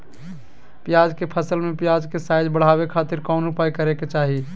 प्याज के फसल में प्याज के साइज बढ़ावे खातिर कौन उपाय करे के चाही?